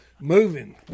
Moving